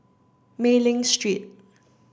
Mei Ling Street